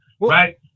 Right